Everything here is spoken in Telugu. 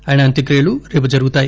ఆయన అంత్యక్రియలు రేపు జరుగుతాయి